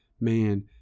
man